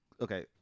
okay